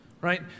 right